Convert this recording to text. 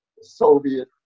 Soviet